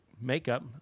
makeup